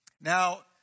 Now